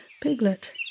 Piglet